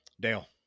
Dale